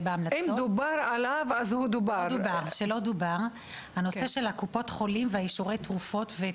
בהמלצות והוא נושא קופות חולים ואישורי תרופות,